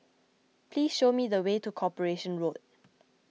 please show me the way to Corporation Road